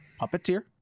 Puppeteer